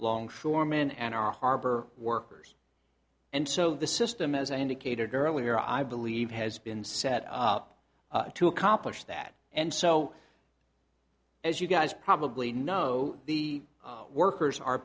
longshoremen and our harbor workers and so the system as i indicated earlier i believe has been set up to accomplish that and so as you guys probably know the workers are